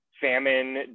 famine